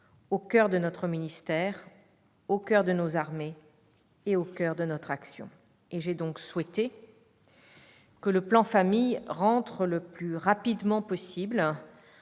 au coeur de notre ministère, au coeur de nos armées, au coeur de notre action. J'ai donc souhaité que le plan Famille entre le plus rapidement possible